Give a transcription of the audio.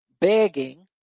begging